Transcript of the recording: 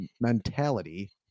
mentality